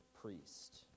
priest